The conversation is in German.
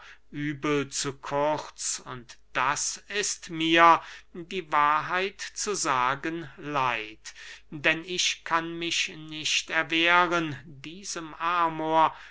übel zu kurz und das ist mir die wahrheit zu sagen leid denn ich kann mich nicht erwehren diesem amor